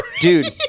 Dude